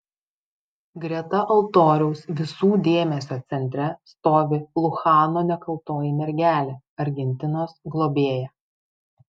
greta altoriaus visų dėmesio centre stovi luchano nekaltoji mergelė argentinos globėja